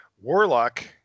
warlock